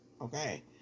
Okay